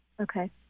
Okay